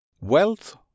Wealth